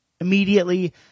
Immediately